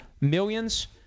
millions